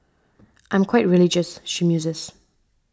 I'm quite religious she muses